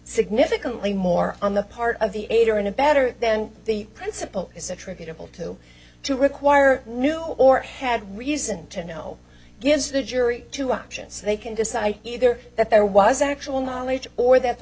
significantly more on the part of the aider and abettor than the principle is attributable to to require knew or had reason to know gives the jury two options they can decide either that there was actual knowledge or that the